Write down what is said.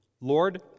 Lord